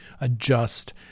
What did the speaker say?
adjust